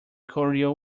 cordial